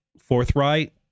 forthright